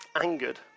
angered